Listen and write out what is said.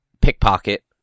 pickpocket